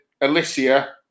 alicia